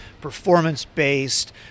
performance-based